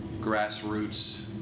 grassroots